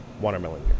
watermelon